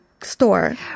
Store